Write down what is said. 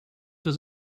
does